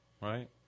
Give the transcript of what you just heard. right